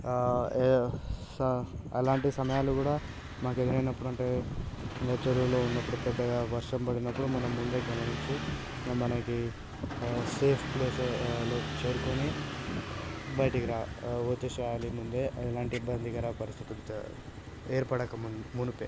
అలాంటి సమయంలో కూడా మాకు ఎదురైనప్పుడు అంటే ఇంక చెరువులో ఉన్నప్పుడు పెద్దగా వర్షం పడినప్పుడు మనం ముందే గమనించి మనకి సేఫ్ ప్లేస్లోకి చేరుకొని బయటికి రా వచ్చేసేయాలి ముందే ఎలాంటి ఇబ్బందికర పరిస్థితులు ఏర్పడక ము మునుపే